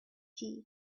tea